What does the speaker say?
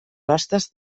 hostes